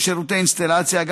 כגון שירותי אינסטלציה,